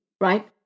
right